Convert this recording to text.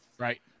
Right